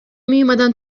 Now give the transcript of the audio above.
میومدن